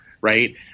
Right